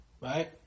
right